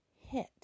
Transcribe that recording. hit